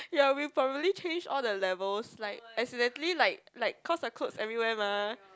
ya we probably changed all the levels like accidentally like like cause our clothes everywhere mah